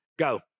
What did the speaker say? Go